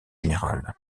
générales